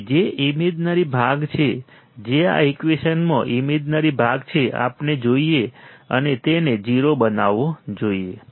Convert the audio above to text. તેથી જે ઇમેજનરી ભાગ છે જે આ ઈકવેશનમાં ઇમેજનરી ભાગ છે આપણે જોઈએ અને તેને 0 બનાવવો જોઈએ